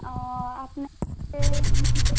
ও আপনাকে আমি তো